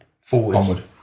forward